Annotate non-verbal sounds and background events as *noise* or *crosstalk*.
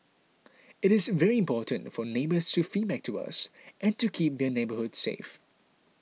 *noise* it is very important for neighbours to feedback to us and keep their neighbourhoods safe